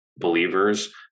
believers